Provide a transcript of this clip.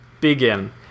begin